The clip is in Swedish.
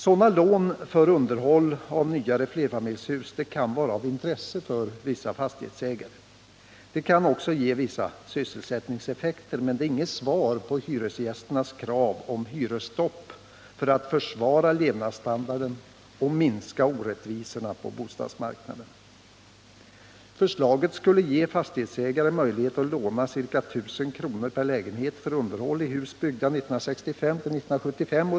Sådana lån för underhåll av nyare flerfamiljshus kan vara av intresse för vissa fastighetsägare. De kan också ge vissa sysselsättningseffekter, men de är inget svar på hyresgästernas krav på hyresstopp för att försvara levnadsstandarden och minska orättvisorna på bostadsmarknaden. Förslaget skulle ge fastighetsägare möjlighet att låna ca 1 000 kr. per lägenhet för underhåll i hus byggda 1965-1975.